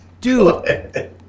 Dude